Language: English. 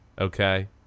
Okay